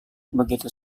begitu